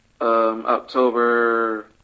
October